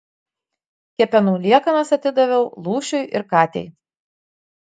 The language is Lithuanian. kepenų liekanas atidaviau lūšiui ir katei